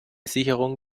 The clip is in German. sicherung